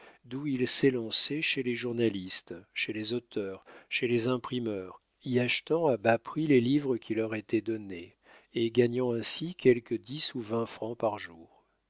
d'où il s'élançait chez les journalistes chez les auteurs chez les imprimeurs y achetant à bas pris les livres qui leur étaient donnés et gagnant ainsi quelque dix ou vingt francs par jour